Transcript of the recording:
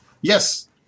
yes